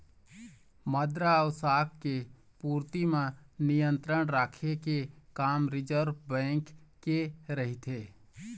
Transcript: मद्रा अउ शाख के पूरति म नियंत्रन रखे के काम रिर्जव बेंक के रहिथे